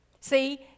See